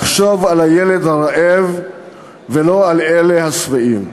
לחשוב על הילד הרעב ולא על אלה השבעים.